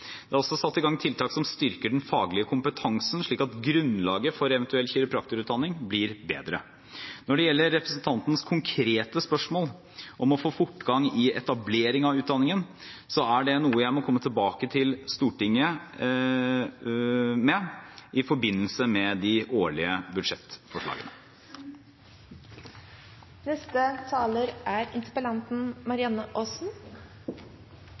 Det er også satt i gang tiltak som styrker den faglige kompetansen, slik at grunnlaget for en eventuell kiropraktorutdanning blir bedre. Når det gjelder representantens konkrete spørsmål om å få fortgang i etablering av utdanningen, så er det noe jeg må komme tilbake til Stortinget med i forbindelse med de årlige